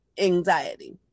anxiety